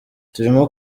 turimo